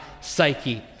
psyche